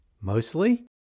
mostly